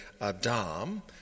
Adam